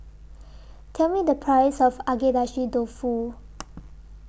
Tell Me The Price of Agedashi Dofu